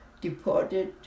deported